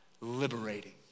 liberating